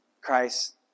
Christ